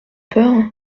peur